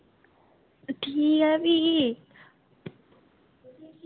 ठीक ऐ फ्ही